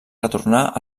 retornar